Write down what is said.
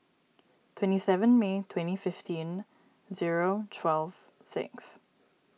twenty seven May twenty fifteen zero twelve six